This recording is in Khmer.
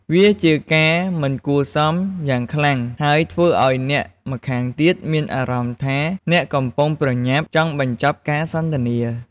វាជាការមិនគួរសមយ៉ាងខ្លាំង ហើយធ្វើឲ្យអ្នកម្ខាងទៀតមានអារម្មណ៍ថាអ្នកកំពុងប្រញាប់ចង់បញ្ចប់ការសន្ទនា។